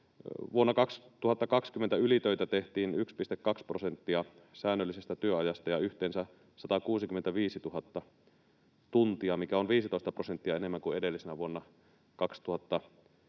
Vuonna 2020 ylitöitä tehtiin 1,2 prosenttia säännöllisestä työajasta ja yhteensä 165 000 tuntia, mikä on 15 prosenttia enemmän kuin edellisenä vuonna 2019.